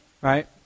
right